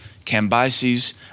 Cambyses